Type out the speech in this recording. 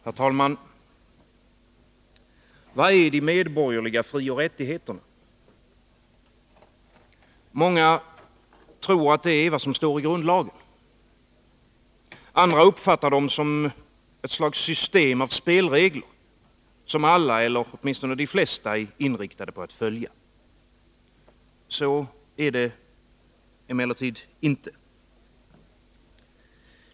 Herr talman! Vad är de medborgerliga frioch rättigheterna? Många tror att det är vad som står i grundlagen. Andra uppfattar dem som ett slags system av spelregler, som alla eller åtminstone de flesta är inriktade på att följa. Så är det emellertid inte.